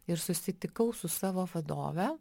ir susitikau su savo vadove